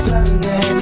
Sunday